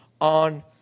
on